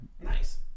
Nice